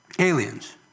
Aliens